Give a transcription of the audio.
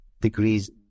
degrees